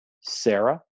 Sarah